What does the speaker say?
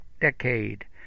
decade